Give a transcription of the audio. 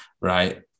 Right